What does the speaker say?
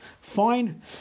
Fine